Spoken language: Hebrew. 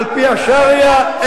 על-פי השריעה,